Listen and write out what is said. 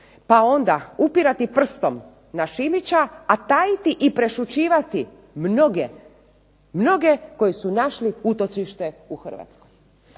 pa onda upirati prstom na Šimića, a tajiti i prešućivati mnoge, mnoge koji su našli utočište u Hrvatskoj.